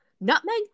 Nutmeg